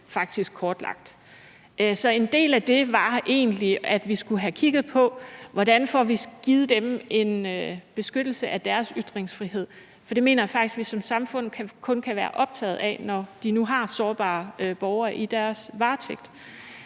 faktisk kortlagt. Så en del af det var egentlig, at vi skulle have kigget på, hvordan vi får givet dem en beskyttelse af deres ytringsfrihed, for det mener jeg faktisk vi som samfund kun kan være optaget af, når de nu har sårbare borgere i deres varetægt.